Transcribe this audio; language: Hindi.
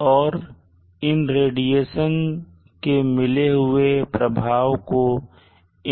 और इन रेडिएशन के मिले हुए प्रभाव को